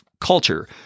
culture